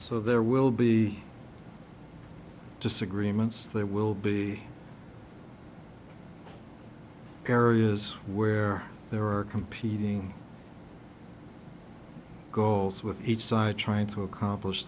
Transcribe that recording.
so there will be disagreements there will be areas where there are competing goals with each side trying to accomplish